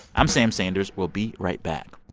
i'm sam sanders. we'll be right back